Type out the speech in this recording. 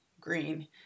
green